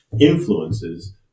influences